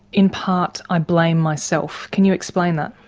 in part i blame myself. can you explain that?